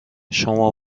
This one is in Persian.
شما